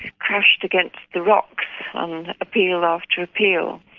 crashed against the rocks um appeal after appeal,